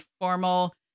formal